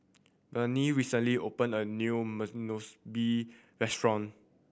Barney recently opened a new restaurant